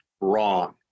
wrong